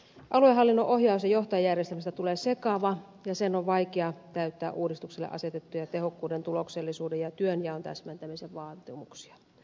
aluehallinnon ohjaus ja johtajajärjestelmästä tulee sekava ja sen on vaikea täyttää uudistukselle asetettuja tehokkuuden tuloksellisuuden ja työnjaon täsmentämisen vaatimuksia